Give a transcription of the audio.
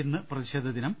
ഇന്ന് പ്രതിഷേധദിനം